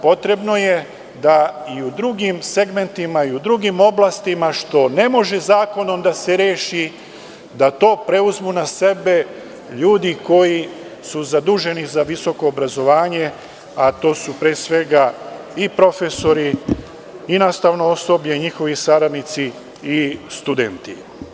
Potrebno je da i u drugim segmentima i drugim oblastima što ne može zakonom da se reši da to preuzmu na sebe ljudi koji su zaduženi za visoko obrazovanja, a to su pre svega profesori i nastavno osoblje i njihovi saradnici i studenti.